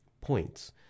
points